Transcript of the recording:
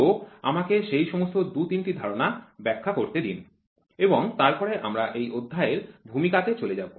তো আমাকে সেই সমস্ত ২ ৩ টি ধারণা ব্যাখ্যা করতে দিন এবং তারপরে আমরা এই অধ্যায়ের ভূমিকাতে চলে যাব